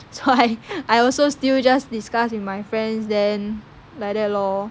so I I also still just discuss with my friends then like that lor